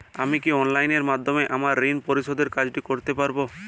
আমি কি অনলাইন মাধ্যমে আমার ঋণ পরিশোধের কাজটি করতে পারব?